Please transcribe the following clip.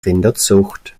rinderzucht